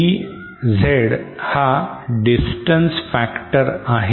d small Z हा distance factor आहे